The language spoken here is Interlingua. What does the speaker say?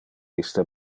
iste